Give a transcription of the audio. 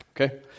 Okay